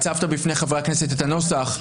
הצבת בפני חברי הכנסת את הנוסח,